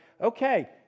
Okay